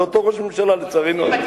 זה אותו ראש ממשלה, לצערנו הרב.